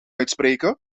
uitspreken